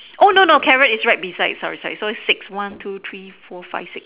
oh no no carrot is right beside sorry sorry so it's six one two three four five six